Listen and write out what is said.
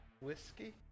whiskey